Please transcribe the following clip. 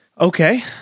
Okay